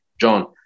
John